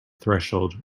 threshold